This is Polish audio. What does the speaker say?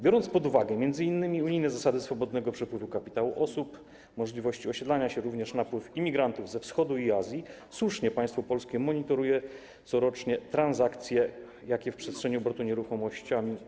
Biorąc pod uwagę m.in. unijne zasady swobodnego przepływu kapitału osób, możliwości osiedlania się, również napływ imigrantów ze Wschodu i Azji, słusznie państwo polskie monitoruje corocznie transakcje, jakie zachodzą w przestrzeni obrotu nieruchomościami.